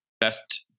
best